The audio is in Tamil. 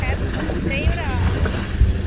கேப் டிரைவரா ம்